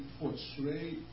portray